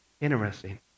Interesting